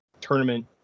tournament